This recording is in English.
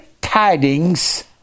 tidings